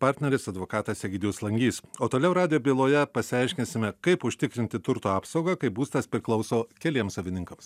partneris advokatas egidijus langys o toliau radio byloje pasiaiškinsime kaip užtikrinti turto apsaugą kai būstas priklauso keliems savininkams